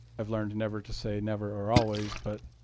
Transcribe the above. i've learned never to say never or always. but